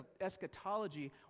eschatology